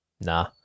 Nah